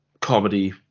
comedy